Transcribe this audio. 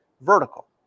vertical